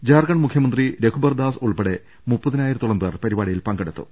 ഝാർഖണ്ഡ് മുഖ്യമന്ത്രി രഘുബർദാസ് ഉൾപ്പെടെ മുപ്പതി നായിരത്തോളം പേർ പരിപാടിയിൽ പങ്കെടുത്തു